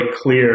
clear